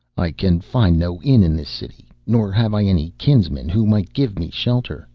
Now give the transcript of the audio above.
i can find no inn in this city, nor have i any kinsman who might give me shelter